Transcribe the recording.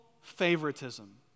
favoritism